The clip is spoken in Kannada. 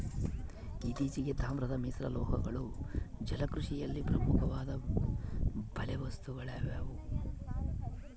ಇತ್ತೀಚೆಗೆ, ತಾಮ್ರದ ಮಿಶ್ರಲೋಹಗಳು ಜಲಕೃಷಿಯಲ್ಲಿ ಪ್ರಮುಖವಾದ ಬಲೆ ವಸ್ತುಗಳಾಗ್ಯವ